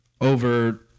over